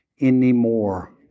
anymore